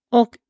och